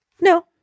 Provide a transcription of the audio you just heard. No